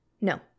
No